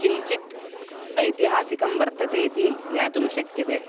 किञ्चित् ऐतिहासिकं वर्तते इति ज्ञातुं शक्यते